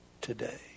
today